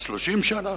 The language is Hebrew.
30 שנה?